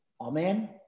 amen